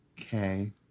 Okay